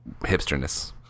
hipsterness